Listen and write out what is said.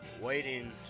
waiting